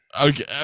Okay